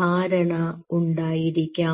ധാരണ ഉണ്ടായിരിക്കാം